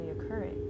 occurring